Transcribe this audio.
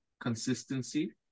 consistency